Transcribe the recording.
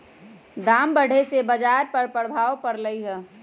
दाम बढ़े से बाजार पर प्रभाव परलई ह